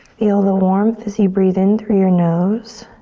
feel the warmth as you breathe in through your nose